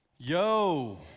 Yo